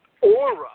aura